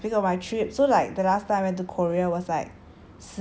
ya so like speaking of my trip so like the last time I went to korea was like